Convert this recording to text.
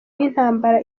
y’intambara